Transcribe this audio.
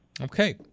Okay